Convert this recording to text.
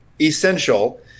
essential